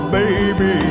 baby